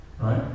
Right